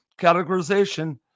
categorization